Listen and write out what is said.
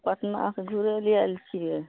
पटनासँ घुरय लए आयल छियै